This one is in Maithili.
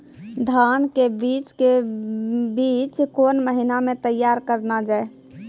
धान के बीज के बीच कौन महीना मैं तैयार करना जाए?